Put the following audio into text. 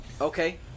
Okay